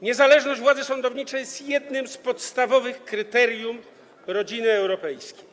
Niezależność władzy sądowniczej jest jednym z podstawowych kryteriów dla rodziny europejskiej.